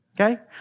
okay